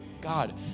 God